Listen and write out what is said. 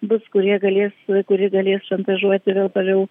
bus kurie galės kuri galės šantažuoti vėl toliau